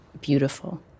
beautiful